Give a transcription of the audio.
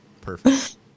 perfect